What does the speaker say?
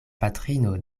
patrino